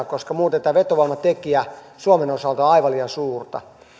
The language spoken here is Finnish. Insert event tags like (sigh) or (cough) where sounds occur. (unintelligible) koska muuten tämä vetovoimatekijä suomen osalta on aivan liian suurta